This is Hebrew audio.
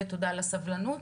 ותודה על הסבלנות.